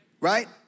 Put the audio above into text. Right